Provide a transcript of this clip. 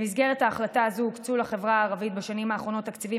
במסגרת ההחלטה הזאת הוקצו לחברה הערבית בשנים האחרונות תקציבים